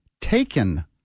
taken